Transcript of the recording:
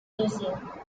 museum